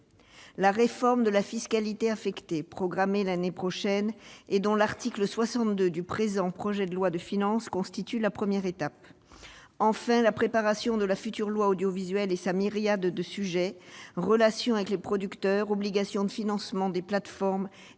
la réforme de la fiscalité affectée, programmée l'année prochaine, mais dont l'article 62 du présent projet de loi de finances constitue la première étape. Troisièmement, la préparation de la future loi audiovisuelle, qui couvrira une myriade de sujets : relations avec les producteurs, obligations de financement des plateformes,